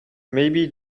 maybe